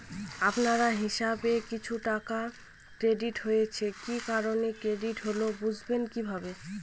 আপনার হিসাব এ কিছু টাকা ক্রেডিট হয়েছে কি কারণে ক্রেডিট হল বুঝবেন কিভাবে?